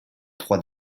trois